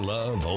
Love